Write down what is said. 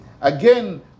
Again